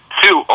two